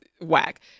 whack